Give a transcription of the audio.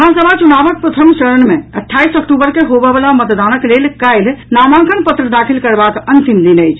विधानसभा चुनाव के प्रथम चरण मे अठाईस अक्टूबर के होबय वला मतदानक लेल काल्हि नामांकन पत्र दाखिल करबाक अंतिम दिन अछि